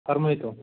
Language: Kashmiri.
فرمٲوتو